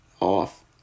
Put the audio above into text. off